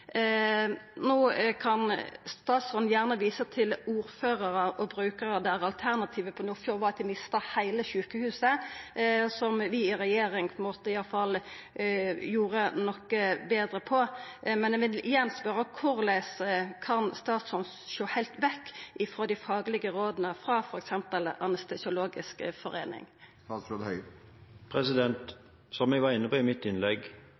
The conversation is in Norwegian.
kan statsråden gjerne visa til ordførarar og brukarar der alternativet på Nordfjord var at dei mista heile sjukehuset, som vi i regjering iallfall gjorde noko betre på. Men eg vil igjen spørja: Korleis kan statsråden sjå heilt vekk frå dei faglege råda frå f.eks. Norsk anestesiologisk forening? Som jeg var inne på i mitt innlegg,